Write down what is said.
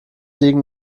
liegen